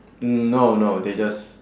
mm no no they just